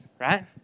right